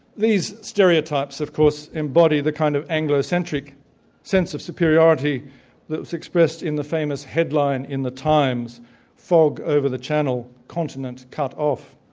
these stereotypes of course embody the kind of anglocentric sense of superiority that was expressed in the famous headline in the times fog over the channel, continent cut off'.